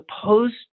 supposed